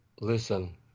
listen